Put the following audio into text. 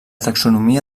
taxonomia